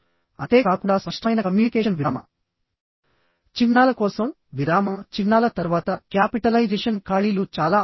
అంతే కాకుండా స్పష్టమైన కమ్యూనికేషన్ విరామ చిహ్నాల కోసం విరామ చిహ్నాల తర్వాత క్యాపిటలైజేషన్ ఖాళీలు చాలా అవసరం